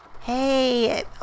Hey